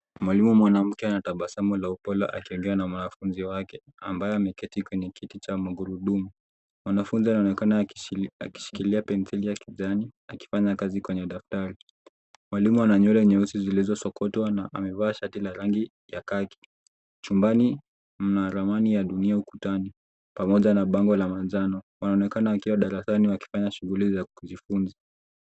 Mwalimu mwanamke ana tabasamu laupole akiongea na mwanafunzi wake ambaye ameketi kwenye kiti cha magurudumu. Mwanafunzi anaonekana akishikilia penseli yake ya kijani, akifanya kazi kwenye daftari. Mwalimu ana nywele nyeusi zilizosokotwa na amevaa shati la rangi ya khaki. Chumbani mna ramani ya dunia ukutani pamoja na bango la manjano. Wanaonekana wakiwa darasani wakifanya shughuli za kujifunza.